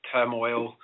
turmoil